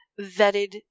vetted